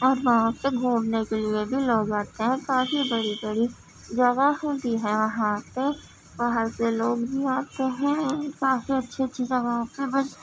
اور باہر سے گھومنے کے لیے بھی لوگ آتے ہیں کافی بڑی بڑی جگہ ہوتی ہے یہاں پہ باہر سے لوگ بھی آتے ہیں کافی اچھی اچھی جگہوں پہ بس